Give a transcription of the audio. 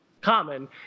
common